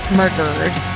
murderers